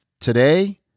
today